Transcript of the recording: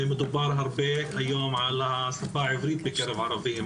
היום מדובר הרבה על השפה העברית בקרב ערבית,